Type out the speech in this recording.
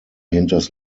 hinters